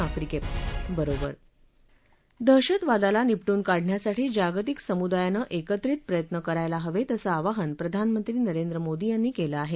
आफ्रिकेबरोबर दहशतवादाला निपटून काढण्यासाठी जागतिक समुदायाने एकत्रित प्रयत्न करायला हवेत असं आवाहन प्रधानमंत्री नरेंद्र मोदी यांनी केलं आहे